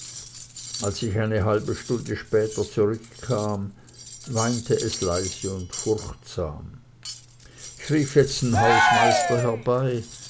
als ich eine halbe stunde später zurückkam weinte es leise und furchtsam ich rief jetzt den hausmeister herbei